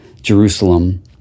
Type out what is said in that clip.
Jerusalem